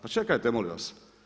Pa čekajte molim vas!